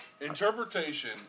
Interpretation